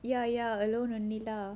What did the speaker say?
ya ya alone only lah